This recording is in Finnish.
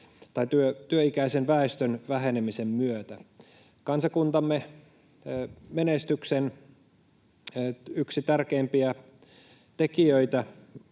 työikäisen väestön vähenemisen myötä. Yksi kansakuntamme menestyksen tärkeimpiä tekijöitä